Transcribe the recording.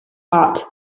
hot